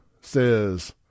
says